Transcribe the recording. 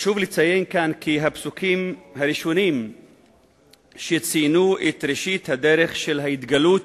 חשוב לציין כאן כי הפסוקים הראשונים שציינו את ראשית הדרך של ההתגלות